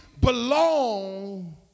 belong